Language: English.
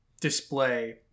display